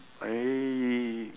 I